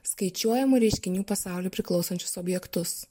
skaičiuojamų reiškinių pasauliui priklausančius objektus